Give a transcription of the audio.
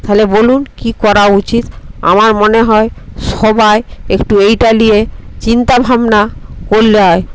থালে বলুন কি করা উচিত আমার মনে হয় সবাই একটু এইটা নিয়ে চিন্তা ভাবনা করলে হয়